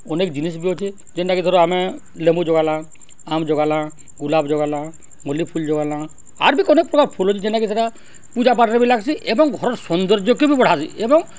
ଅନେକ୍ ଜିନିଷ୍ ବି ଅଛେ ଯେନ୍ଟାକି ଧର ଆମେ ଲେମ୍ବୁ ଜଗାଲା ଆମ୍ ଯଗାଲା ଗୁଲାପ୍ ଜଗାଲା ମଲ୍ଲି ଫୁଲ୍ ଜଗଲା ଆର୍ ବି ଅନେକ୍ ପ୍ରକାର୍ ଫୁଲ୍ ଅଛେ ଯେନ୍ଟାକି ସେଟା ପୂଜା ପାଟ୍ରେ ବି ଲାଗ୍ସି ଏବଂ ଘରର୍ ସୌନ୍ଦର୍ଯ୍ୟକେ ବି ବଢ଼ାସି ଏବଂ